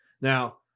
Now